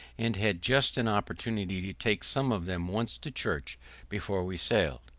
and had just an opportunity to take some of them once to church before we sailed.